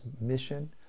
mission